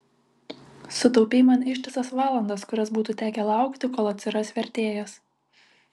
sutaupei man ištisas valandas kurias būtų tekę laukti kol atsiras vertėjas